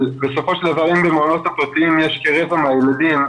בסופו של דבר אם במעונות הפרטיים יש כרבע מהילדים,